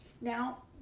Now